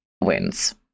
wins